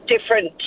different